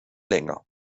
länger